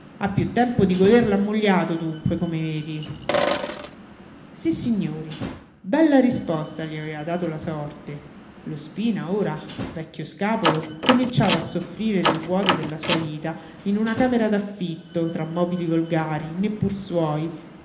ha più tempo di goder l'ammogliato dunque come vedi sissignori bella risposta gli aveva dato la sorte lo spina ora vecchio scapolo cominciava a soffrire del vuoto della sua vita in una camera d'affitto tra mobili volgari neppur suoi